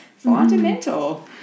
fundamental